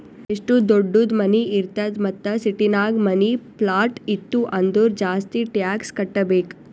ಎಷ್ಟು ದೊಡ್ಡುದ್ ಮನಿ ಇರ್ತದ್ ಮತ್ತ ಸಿಟಿನಾಗ್ ಮನಿ, ಪ್ಲಾಟ್ ಇತ್ತು ಅಂದುರ್ ಜಾಸ್ತಿ ಟ್ಯಾಕ್ಸ್ ಕಟ್ಟಬೇಕ್